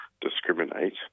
discriminate